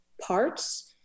parts